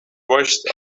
watched